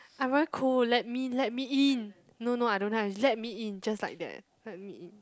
I'm very cold let me let me in no no I don't have let me in just like that let me in